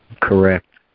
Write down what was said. correct